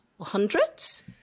hundreds